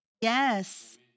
Yes